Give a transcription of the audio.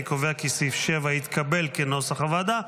אני קובע כי סעיף 7 התקבל כנוסח הוועדה.